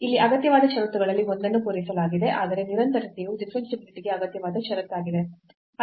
ಇಲ್ಲಿ ಅಗತ್ಯವಾದ ಷರತ್ತುಗಳಲ್ಲಿ ಒಂದನ್ನು ಪೂರೈಸಲಾಗಿದೆ ಆದರೆ ನಿರಂತರತೆಯು ಡಿಫರೆನ್ಷಿಯಾಬಿಲಿಟಿ ಗೆ ಅಗತ್ಯವಾದ ಷರತ್ತಾಗಿದೆ